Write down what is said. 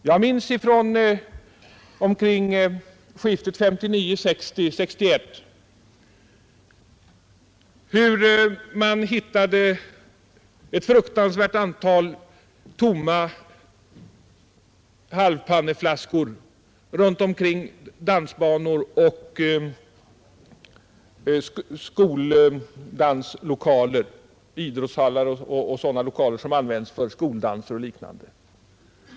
Jag minns från åren 1959—1960—-1961 hur man hittade ett fruktansvärt stort antal tomma ”halvpannor” runt omkring dansbanor och idrottshallar och sådana lokaler som användes för skoldanser och liknande.